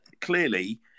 clearly